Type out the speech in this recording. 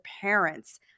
parents